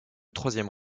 troisième